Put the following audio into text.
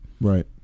Right